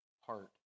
heart